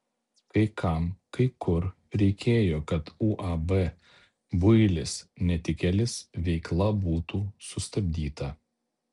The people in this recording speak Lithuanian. kai kam kai kur reikėjo kad uab builis netikėlis veikla būtų sustabdyta